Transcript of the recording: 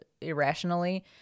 irrationally